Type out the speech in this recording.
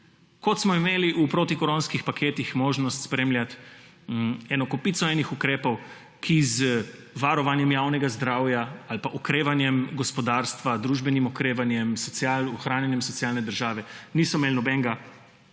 Kot smo imeli v protikoronskih paketih možnost spremljati kopico enih ukrepov, ki z varovanjem javnega zdravja ali pa okrevanjem gospodarstva, družbenim okrevanjem, ohranjanjem socialne države niso imeli nobene